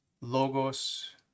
Logos